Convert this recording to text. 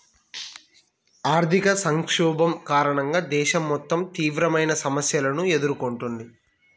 ఆర్థిక సంక్షోభం కారణంగా దేశం మొత్తం తీవ్రమైన సమస్యలను ఎదుర్కొంటుంది